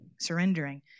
surrendering